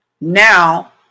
Now